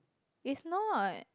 it's not